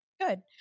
good